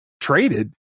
traded